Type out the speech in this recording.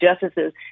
justices